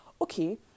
okay